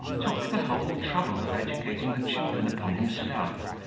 took the whole trouble of educating the children upon himself,